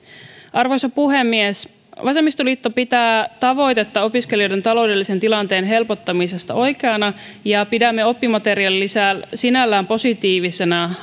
arvoisa puhemies vasemmistoliitto pitää tavoitetta opiskelijoiden taloudellisen tilanteen helpottamisesta oikeana ja pidämme oppimateriaalilisää sinällään positiivisena